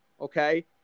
Okay